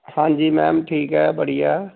ਹਾਂਜੀ ਮੈਮ ਠੀਕ ਹੈ ਬੜੀਆ